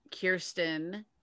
Kirsten